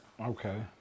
Okay